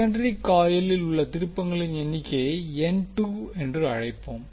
secondary காயிலில் உள்ள திருப்பங்களின் எண்ணிக்கையை N2 அழைப்போம்